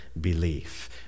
belief